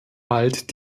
bald